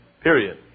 period